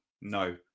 No